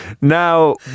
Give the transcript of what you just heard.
Now